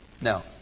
now